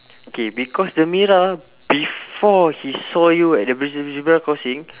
K because the mira before he saw you at the pedes~ zebra crossing